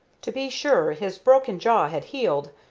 to be sure, his broken jaw had healed,